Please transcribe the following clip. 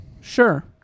Sure